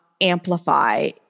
amplify